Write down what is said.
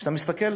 כשאתה מסתכל